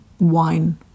wine